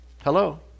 Hello